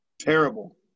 Terrible